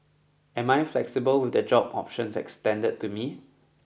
am I flexible with the job options extended to me